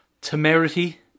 temerity